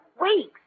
Weeks